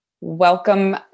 Welcome